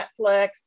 Netflix